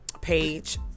page